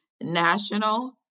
National